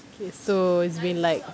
okay so it's been like